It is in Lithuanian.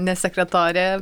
ne sekretorė